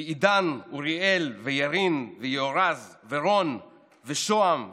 כי עידן, אוריאל וירין ויהורז ורון ושוהם ואלון,